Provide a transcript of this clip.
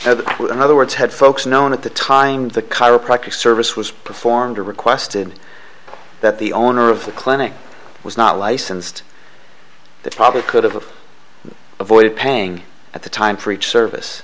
in other words had folks known at the time the chiropractic service was performed or requested that the owner of the clinic was not licensed that probably could have avoided paying at the time for each service